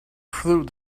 through